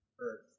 Earth